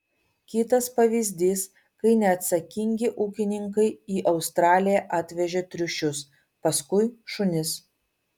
kitas pavyzdys kai neatsakingi ūkininkai į australiją atvežė triušius paskui šunis